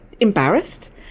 embarrassed